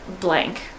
blank